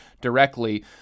directly